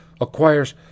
acquires